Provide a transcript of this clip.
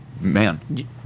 man